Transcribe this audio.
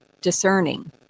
discerning